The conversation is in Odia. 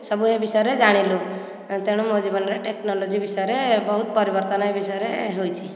ସବୁ ଏ ବିଷୟରେ ଜାଣିଲୁ ତେଣୁ ମୋ ଜୀବନରେ ଟେକ୍ନୋଲୋଜି ବିଷୟରେ ବହୁତ ପରିବର୍ତ୍ତନ ଏହି ବିଷୟରେ ହୋଇଛି